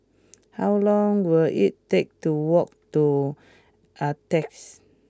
how long will it take to walk to Altez